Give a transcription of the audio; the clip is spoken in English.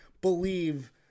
believe